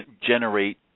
generate